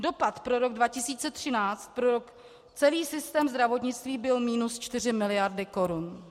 Dopad pro rok 2013 pro celý systém zdravotnictví byl minus 4 mld. korun.